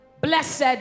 blessed